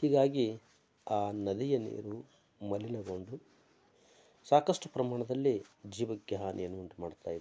ಹೀಗಾಗಿ ಆ ನದಿಯ ನೀರು ಮಲಿನಗೊಂಡು ಸಾಕಷ್ಟು ಪ್ರಮಾಣದಲ್ಲಿ ಜೀವಕ್ಕೆ ಹಾನಿಯನ್ನು ಉಂಟುಮಾಡ್ತಾ ಇದೆ